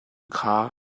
kha